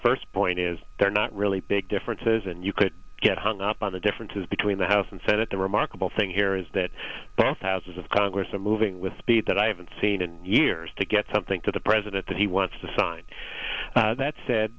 first point is they're not really big differences and you could get hung up on the differences between the house and senate the remarkable thing here is that the thousands of congress are moving with speed that i haven't seen in years to get something to the president that he wants to sign that said